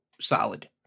solid